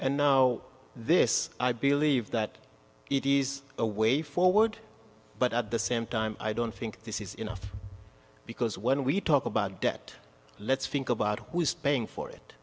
and no this i believe that it is a way forward but at the same time i don't think this is enough because when we talk about debt let's fink about who's paying for it